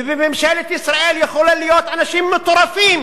ובממשלת ישראל יכולים להיות אנשים מטורפים,